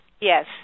Yes